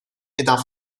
aidant